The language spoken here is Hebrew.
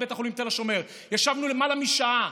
ישבנו למעלה משעה.